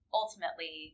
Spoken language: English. ultimately